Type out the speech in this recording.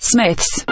Smith's